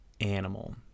animal